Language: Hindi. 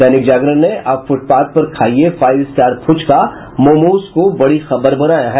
दैनिक जागरण ने अब फुटपाथ पर खाइये फाइव स्टार फुचका मोमोज को बड़ी खबर बनाया है